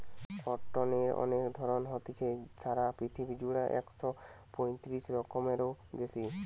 কটনের অনেক ধরণ হতিছে, সারা পৃথিবী জুড়া একশ পয়তিরিশ রকমেরও বেশি